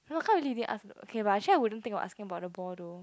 how come you didn't ask okay but I actually won't think asking about the ball though